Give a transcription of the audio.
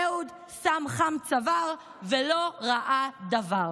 אהוד שם חם-צוואר ולא ראה דבר.